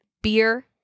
beer